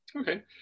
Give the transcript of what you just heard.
Okay